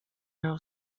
narrow